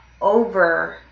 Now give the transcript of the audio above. over